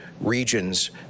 regions